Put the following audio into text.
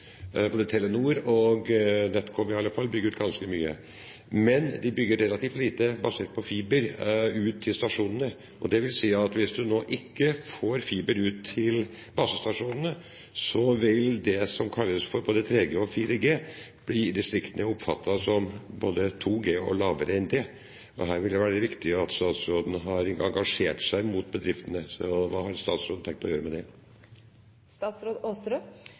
Både Telenor og NetCom bygger i alle fall ut ganske mye. Men de bygger relativt lite basert på fiber ut til stasjonene, dvs. at hvis man ikke får fiber ut til basestasjonene nå, vil det som kalles for både 3G og 4G, bli oppfattet i distriktene som både 2G og lavere enn det. Her ville det riktige være at statsråden hadde engasjert seg mot bedriftene. Så hva har statsråden tenkt å gjøre med det?